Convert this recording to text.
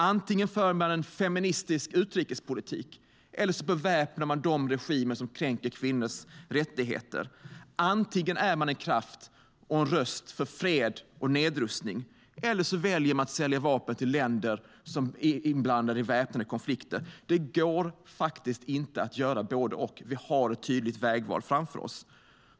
Antingen för man en feministisk utrikespolitik eller så beväpnar man de regimer som kränker kvinnors rättigheter. Antingen är man en kraft och en röst för fred och nedrustning eller så väljer man att sälja vapen till länder som är inblandade i väpnade konflikter. Det går inte att göra både och. Vi har ett tydligt vägval framför oss.